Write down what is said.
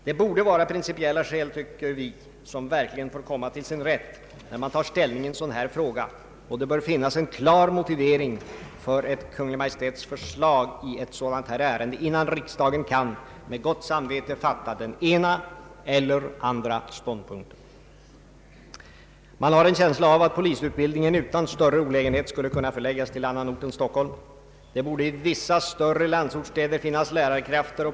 Vi tycker att principiella skäl verkligen borde få komma till sin rätt när man tar ställning till en dylik fråga och att det bör finnas en klar motivering för ett Kungl. Maj:ts förslag innan riksdagen med gott samvete kan inta den ena eller andra ståndpunkten. Vi har en känsla av att polisutbildningen utan större olägenhet skulle kunna förläggas till annan ort än Stockholm. Det borde i vissa större landsortsstäder finnas lärakrafter.